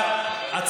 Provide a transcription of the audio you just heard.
יהיו הדלפות?